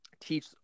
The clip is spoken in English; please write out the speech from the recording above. teach